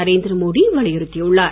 நரேந்திர மோடி வலியுறுத்தியுள்ளார்